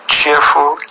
Cheerful